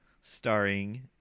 starring